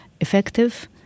effective